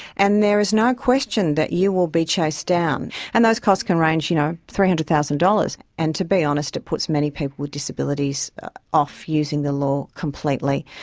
and there is no question that you will be chased down, and those costs can range you know three hundred thousand dollars, and to be honest it puts many people with disabilities off using the law completely.